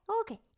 Okay